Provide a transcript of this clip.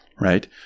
right